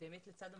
לצד המשבר,